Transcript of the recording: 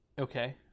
Okay